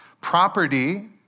Property